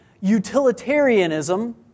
utilitarianism